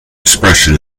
expression